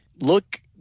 look